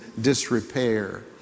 disrepair